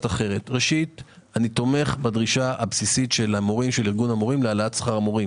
ראשית אני תומך בדרישה הבסיסית של ארגון המורים להעלאת שכר המורים,